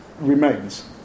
remains